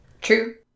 True